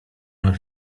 nam